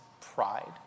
pride